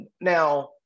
Now